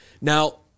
Now